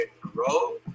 grow